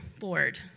Lord